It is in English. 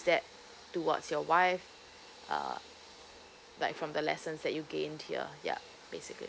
that towards your wife uh like from the lessons that you gain here yup basically